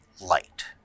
light